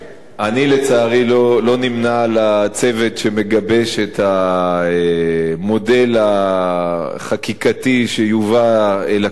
אני לצערי לא נמנה עם הצוות שמגבש את המודל החקיקתי שיובא לכנסת,